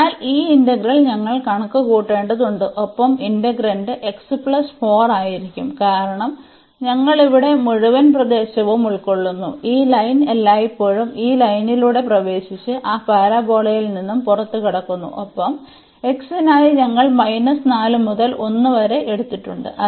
അതിനാൽ ഈ ഇന്റഗ്രൽ ഞങ്ങൾ കണക്കുകൂട്ടേണ്ടതുണ്ട് ഒപ്പം ഇന്റഗ്രാന്റ് ആയിരിക്കും കാരണം ഞങ്ങൾ ഇവിടെ മുഴുവൻ പ്രദേശവും ഉൾക്കൊള്ളുന്നു ഈ ലൈൻ എല്ലായ്പ്പോഴും ഈ ലൈനിലൂടെ പ്രവേശിച്ച് ആ പരാബോളയിൽ നിന്ന് പുറത്തുകടക്കുന്നു ഒപ്പം x നായി ഞങ്ങൾ 4 മുതൽ 1 വരെ എടുത്തിട്ടുണ്ട്